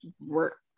work